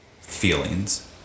Feelings